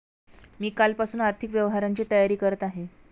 मी कालपासून आर्थिक व्यवहारांची तयारी करत आहे